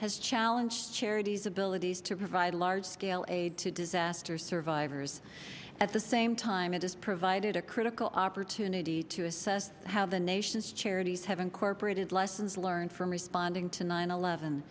has challenged charities abilities to provide large scale aid to disaster survivors at the same time it has provided a critical opportunity to assess how the nation's charities have incorporated lessons learned from responding to nine eleven